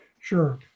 Sure